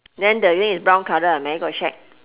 then the thing is brown colour ah hai mai li go shack